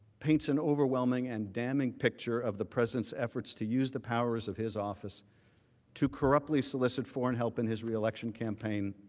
paints an overwhelming and damning picture of the president's efforts to use the powers of his office to corruptly solicit foreign help in his election campaign